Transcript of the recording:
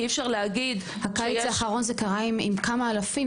כי אי אפשר להגיד --- הקיץ האחרון זה קרה עם כמה אלפים,